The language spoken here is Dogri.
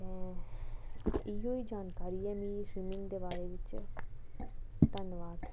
इ'यै जानकारी ऐ मिगी स्विमिंग दे बारे च धन्नबाद